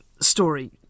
story